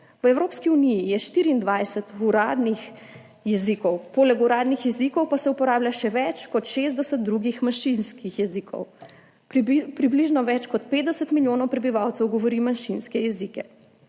V Evropski uniji je 24 uradnih jezikov, poleg uradnih jezikov pa se uporablja še več kot 60 drugih manjšinskih jezikov. Približno več kot 50 milijonov prebivalcev govori manjšinske jezike,